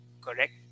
correct